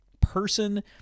person